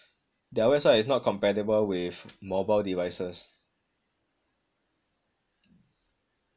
their website is not compatible with mobile devices